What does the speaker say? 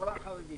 מהחברה החרדית,